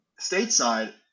stateside